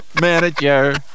manager